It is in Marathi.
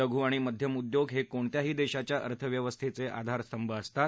लघु आणि मध्यम उद्योग हे कोणत्याही देशाच्या अर्थव्यवस्थेचे आधारस्तंभ असतात